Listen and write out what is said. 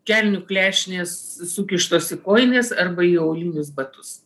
kelnių klešnės sukištos į kojines arba į aulinius batus